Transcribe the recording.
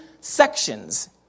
sections